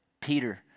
Peter